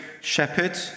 shepherd